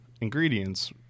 ingredients